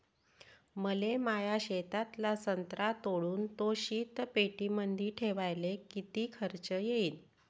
मले माया शेतातला संत्रा तोडून तो शीतपेटीमंदी ठेवायले किती खर्च येईन?